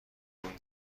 اون